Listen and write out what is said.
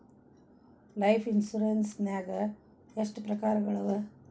Life insurance ನ್ಯಾಗ ಎಷ್ಟ್ ಪ್ರಕಾರ್ಗಳವ?